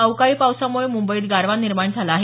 अवकाळी पावसामुळे मुंबईत गारवा निर्माण झाला आहे